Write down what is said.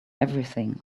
everything